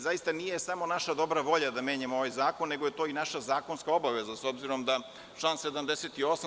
Zaista nije samo naša dobra volja da menjamo ovaj zakon, nego je to i naša zakonska obaveza, s obzirom da član 78.